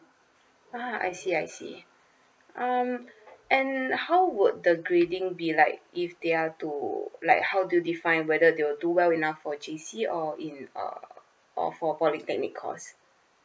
ah I see I see um and how would the grading be like if they are to like how to define whether they will do well enough for J_C or in uh or for polytechnic course